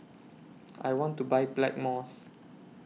I want to Buy Blackmores